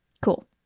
Cool